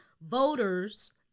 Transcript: voters